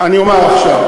אומר עכשיו.